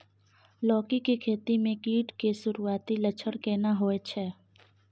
लौकी के खेती मे कीट के सुरूआती लक्षण केना होय छै?